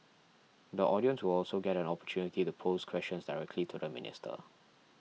the audience will also get an opportunity to pose questions directly to the minister